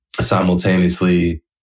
Simultaneously